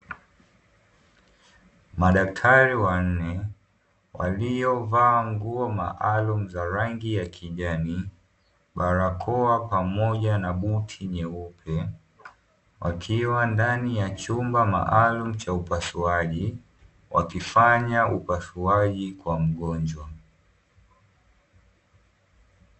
Madaktari wanne waliovaa nguo maalumu za rangi ya kijani, barakoa pamoja na buti nyeupe, wakiwa ndani ya chumba maalumu cha upasuaji wakifanya upasuaji kwa mgonjwa.